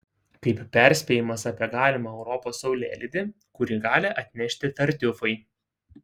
kaip perspėjimas apie galimą europos saulėlydį kurį gali atnešti tartiufai